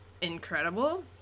incredible